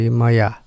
maya